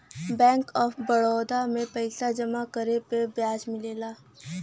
bank of Baroda में पइसा जमा करे पे ब्याज मिलला